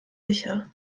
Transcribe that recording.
sicher